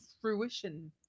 fruition